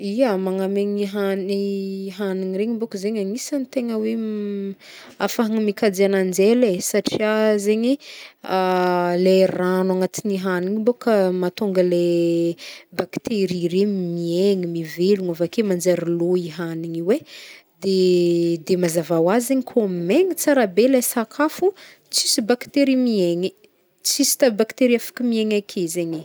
Iha! Magnamaigny hagny hagnign'iregny mbôk zegny agnisan'ny tegna hoe ahafahana mikajy agnanjy hela eh, satria zegny, le ragno agnatingy hagnigny i bôka matonga le baktery regn miegny, mivelogn avake manjary lô i hagningio eh. De mazava ho azy zegny kô megny tsara be le sakafo, tsisy baktery miegny e, tsisy ta- bakteria afaka miegna ake zegny e.